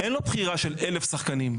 אין לו בחירה של 1,000 שחקנים,